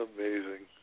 Amazing